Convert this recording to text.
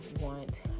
want